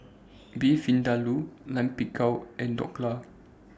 Beef Vindaloo Lime Pickle and Dhokla